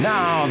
Now